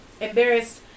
embarrassed